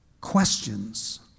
Questions